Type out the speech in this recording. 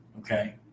Okay